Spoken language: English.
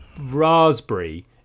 raspberry